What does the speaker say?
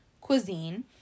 Cuisine